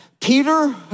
Peter